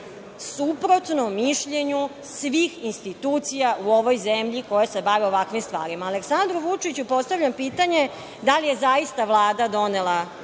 suprotno mišljenju svih institucija u ovoj zemlji koje se bave ovakvim stvarima. Aleksandru Vučiću postavljam pitanje – da li je zaista Vlada donela